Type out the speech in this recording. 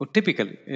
Typically